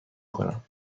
کنم